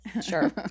Sure